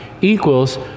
equals